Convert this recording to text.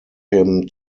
him